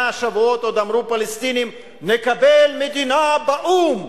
שבועות עוד אמרו פלסטינים: נקבל מדינה באו"ם,